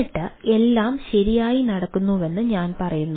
എന്നിട്ട് എല്ലാം ശരിയായി നടക്കുന്നുവെന്ന് ഞാൻ പറയുന്നു